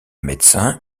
médecin